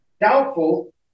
doubtful